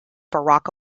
barack